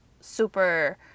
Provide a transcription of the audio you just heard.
super